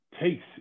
takes